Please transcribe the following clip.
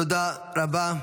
תודה רבה.